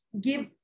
give